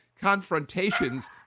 confrontations